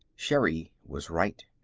sherri was right.